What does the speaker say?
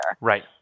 Right